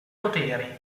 poteri